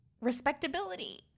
respectability